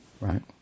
Right